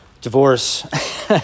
divorce